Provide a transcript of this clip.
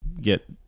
get